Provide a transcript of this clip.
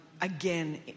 again